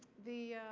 the